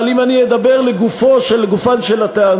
אבל אם אני אדבר לגופן של הטענות,